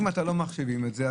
אם אתם לא מחשיבים את זה,